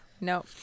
No